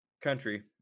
country